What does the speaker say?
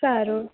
સારું